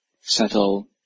settle